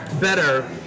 better